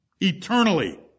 eternally